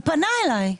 הוא פנה אליי.